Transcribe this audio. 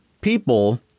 people